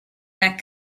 that